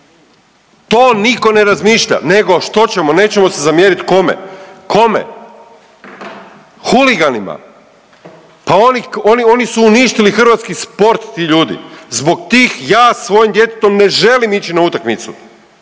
To nitko ne razmišlja. Nego što ćemo, nećemo se zamjeriti kome, kome, huliganima, pa oni si uništili hrvatski sport ti ljudi. Zbog tih ja sa svojim djetetom ne želim ići na utakmicu